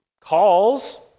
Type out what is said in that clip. calls